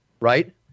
Right